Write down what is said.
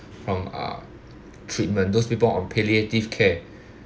from uh treatment those people on palliative care